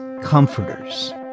comforters